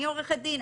אני עורכת דין,